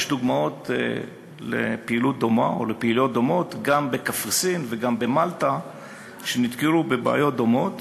יש דוגמאות לפעילויות דומות גם בקפריסין וגם במלטה שנתקלו בבעיות דומות.